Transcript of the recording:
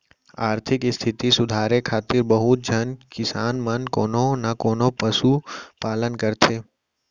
आरथिक इस्थिति सुधारे खातिर बहुत झन किसान मन कोनो न कोनों पसु पालन करथे